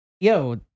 Yo